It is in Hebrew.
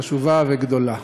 חשובה וגדולה,